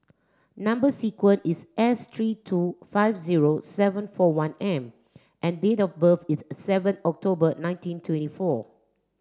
number sequence is S three two five zero seven four one M and date of birth is seven October nineteen twenty four